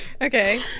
Okay